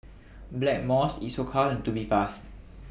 Blackmores Isocal and Tubifast